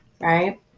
right